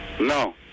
No